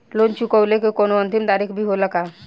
Loan चुकवले के कौनो अंतिम तारीख भी होला का?